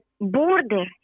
border